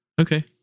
Okay